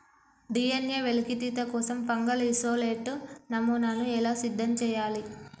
DNA వెలికితీత కోసం fungal isolate నమూనాను ఎలా సిద్ధం చెయ్యాలి?